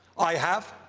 i have.